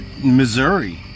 Missouri